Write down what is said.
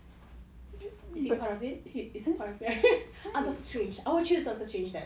is he part of is he part of it I want change to doctor strange then